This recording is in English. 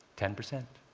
ten percent.